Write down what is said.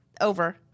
over